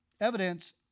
evidence